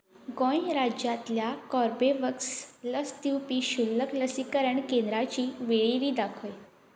गोंय राज्यांतल्या कोर्बेवक्स लस दिवपी शुल्लक लसीकरण केंद्रांची वळेरी दाखय